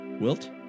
Wilt